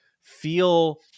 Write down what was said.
feel